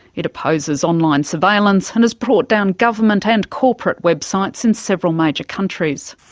it opposes online surveillance and has brought down government and corporate websites in several major countries.